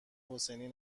حسینی